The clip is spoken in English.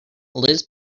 liz